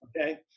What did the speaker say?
Okay